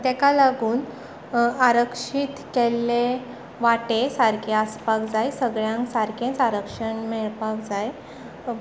ताका लागून आरक्षीत केल्ले वांटे सारके आसपाक जाय सगळ्यांग सारकेंच आरक्षण मेळपाक जाय